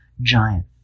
giant